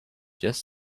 just